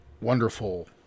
wonderful